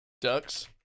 Ducks